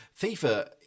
FIFA